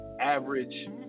average